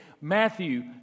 Matthew